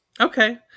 Okay